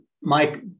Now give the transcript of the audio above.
Mike